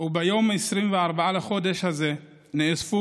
"וביום עשרים וארבעה לחודש הזה נאספו